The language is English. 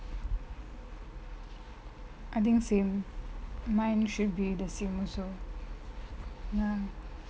I think same mine should be the same also